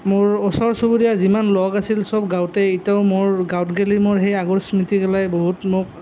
মোৰ ওচৰ চুবুৰীয়া যিমান লগ আছিল চব গাঁৱতেই এতিয়াও মোৰ গাঁৱত গেলি মোৰ সেই আগৰ স্মৃতিগেলাই বহুত মোক